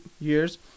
years